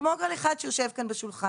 כמו כל אחד שיושב כאן בשולחן.